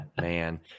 man